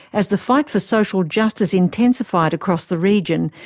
as the fight for social justice intensified across the region,